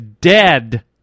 dead